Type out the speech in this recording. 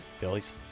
Phillies